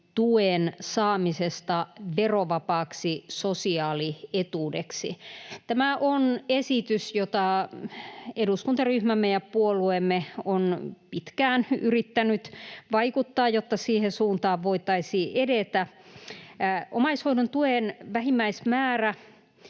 tuen saamisesta verovapaaksi sosiaalietuudeksi. Tähän on eduskuntaryhmämme ja puolueemme pitkään yrittänyt vaikuttaa, jotta siihen suuntaan voitaisiin edetä. Omaishoidon tuen vähimmäismäärä